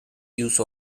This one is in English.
use